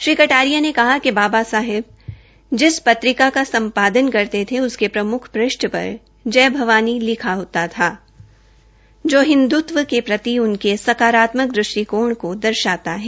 श्री कटारिया ने कहा कि बाबा साहेब जिस पत्रिका का सम्पादन करते थे उसके प्रमुख पृष्ट पर जय भवानी लिखा होता था जो हिन्द्रत्व के प्रति उनके सकारात्मक दृष्टिकोण को दर्शाता है